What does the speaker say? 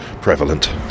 prevalent